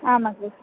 आम् अग्रज